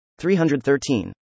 313